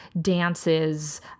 dances